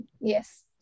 yes